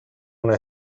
una